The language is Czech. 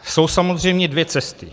Jsou samozřejmě dvě cesty.